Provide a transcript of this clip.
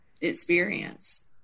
experience